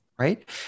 Right